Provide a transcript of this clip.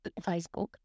Facebook